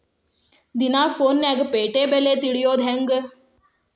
ದಿನಾ ಫೋನ್ಯಾಗ್ ಪೇಟೆ ಬೆಲೆ ತಿಳಿಯೋದ್ ಹೆಂಗ್?